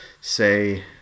say